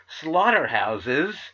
slaughterhouses